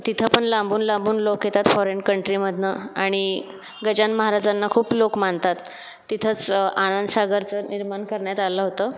तिथं पण लांबून लांबून लोक येतात फॉरेन कन्ट्रीमधून आणि गजानन महाराजांना खूप लोक मानतात तिथंच आनंदसागरचं निर्माण करण्यात आलं होतं